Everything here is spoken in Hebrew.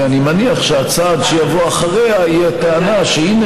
ואני מניח שהצעד שיבוא אחריה יהיה טענה שהינה,